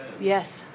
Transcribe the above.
yes